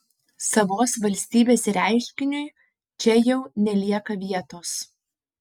savos valstybės reiškiniui čia jau nelieka vietos